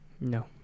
No